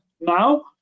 now